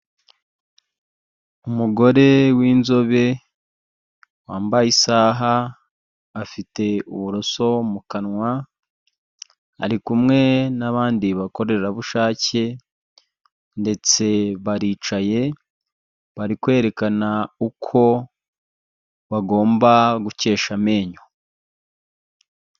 Umugore w'inzobe wambaye isaha afite uburoso mu kanwa, ari kumwe n'abandi bakorerabushake ndetse baricaye bari kwerekana uko bagomba gukesha amenyo.